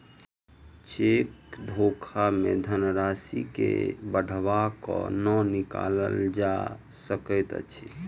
cheque धोखा मे धन राशि के बढ़ा क नै निकालल जा सकैत अछि